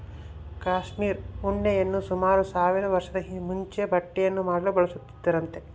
cashmere ಉಣ್ಣೆಯನ್ನು ಸುಮಾರು ಸಾವಿರ ವರ್ಷದ ಮುಂಚೆ ಬಟ್ಟೆಯನ್ನು ಮಾಡಲು ಬಳಸುತ್ತಿದ್ದರಂತೆ